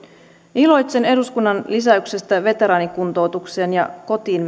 iloitsen eduskunnan lisäyksestä veteraanikuntoutukseen ja kotiin